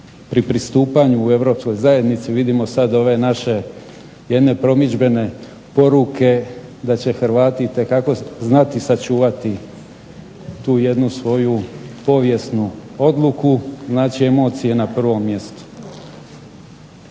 pri pristupanju Europskoj zajednici vidimo sad ove naše jedne promidžbene poruke da će Hrvati itekako znati sačuvati tu jednu svoju povijesnu odluku. Znači, emocije na prvom mjestu.